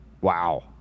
wow